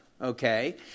okay